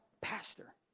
pastor